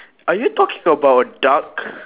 are you talking about a duck